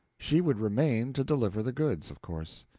she would remain to deliver the goods, of course.